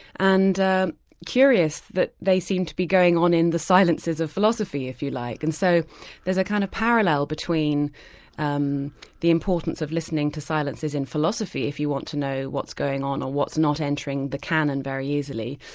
and curious that they seemed to be going on in the silences of philosophy if you like. and so there's a kind of parallel between um the importance of listening to silences in philosophy if you want to know what's going on, or what's not entering the canon very easily,